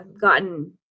gotten